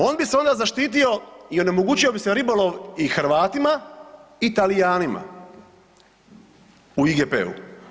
On bi se onda zaštitio i onemogućio bi se ribolov i Hrvatima i Talijanima u IGP-u.